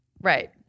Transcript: Right